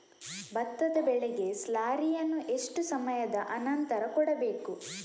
ಭತ್ತದ ಬೆಳೆಗೆ ಸ್ಲಾರಿಯನು ಎಷ್ಟು ಸಮಯದ ಆನಂತರ ಕೊಡಬೇಕು?